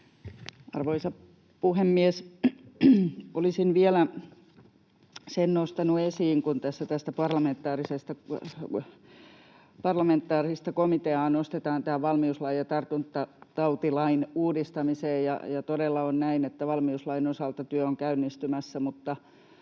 Arvoisa puhemies! Olisin vielä sen nostanut esiin, kun tässä nostetaan parlamentaarista komiteaa tämän valmiuslain ja tartuntatautilain uudistamiseen, että todella on näin, että valmiuslain osalta työ on käynnistymässä,